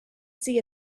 see